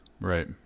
Right